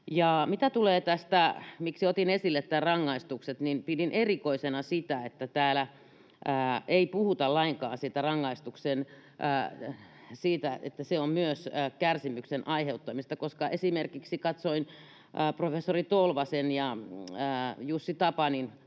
miksi otin esille nämä rangaistukset, niin pidin erikoisena sitä, että täällä ei puhuta lainkaan siitä, että rangaistus on myös kärsimyksen aiheuttamista. Katsoin esimerkiksi professori Tolvasen ja professori Jussi Tapanin,